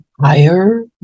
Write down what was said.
higher